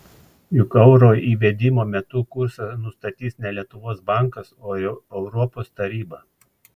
juk euro įvedimo metu kursą nustatys ne lietuvos bankas o europos taryba